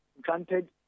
granted